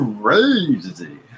Crazy